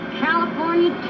California